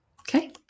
Okay